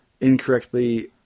incorrectly